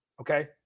Okay